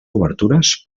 obertures